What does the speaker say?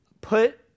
put